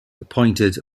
appointed